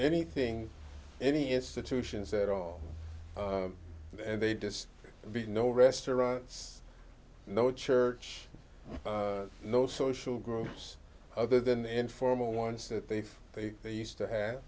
anything any institutions at all and they'd just be no restaurants no church no social groups other than informal ones that they feel they used to have